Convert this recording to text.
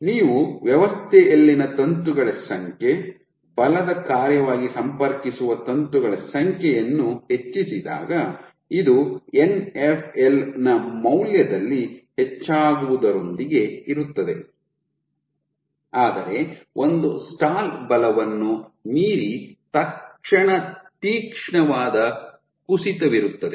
ನೀವು ವ್ಯವಸ್ಥೆಯಲ್ಲಿನ ತಂತುಗಳ ಸಂಖ್ಯೆ ಬಲದ ಕಾರ್ಯವಾಗಿ ಸಂಪರ್ಕಿಸುವ ತಂತುಗಳ ಸಂಖ್ಯೆಯನ್ನು ಹೆಚ್ಚಿಸಿದಾಗ ಇದು Nfl ನ ಮೌಲ್ಯದಲ್ಲಿ ಹೆಚ್ಚಾಗುವುದರೊಂದಿಗೆ ಇರುತ್ತದೆ ಆದರೆ ಒಂದು ಸ್ಟಾಲ್ ಬಲವನ್ನು ಮೀರಿ ತೀಕ್ಷ್ಣವಾದ ಕುಸಿತವಿರುತ್ತದೆ